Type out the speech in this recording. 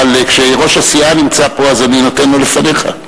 אבל כשראש הסיעה נמצא פה אני נותן לו לפניך.